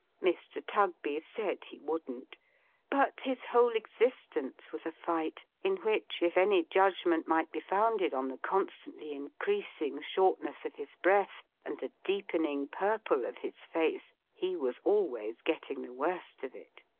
mr. tugby said he wouldn't but, his whole existence was a fight, in which, if any judgment might be founded on the constantly increasing shortness of his breath, and the deepening purple of his face, he was always getting the worst of it.